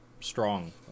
strong